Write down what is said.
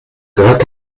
gehört